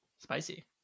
spicy